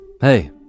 Hey